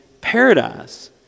paradise